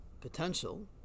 potential